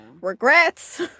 Regrets